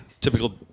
Typical